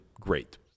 great